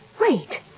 Wait